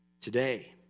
today